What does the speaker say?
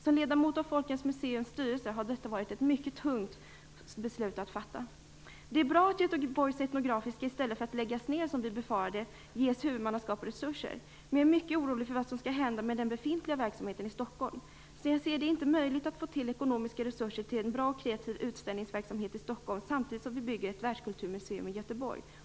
Som ledamot av Folkens museums styrelse vill jag betona att detta har varit ett mycket tungt beslut att fatta. Det är bra att Göteborgs etnografiska museum i stället för att läggas ned, som vi befarade, ges huvudmannaskap och resurser. Men jag är mycket orolig för vad som skall hända med den befintliga verksamheten i Stockholm. Som jag ser det är det inte möjligt att få fram ekonomiska resurser till en bra och kreativ utställningsverksamhet i Stockholm samtidigt som vi bygger ett världskulturmuseum i Göteborg.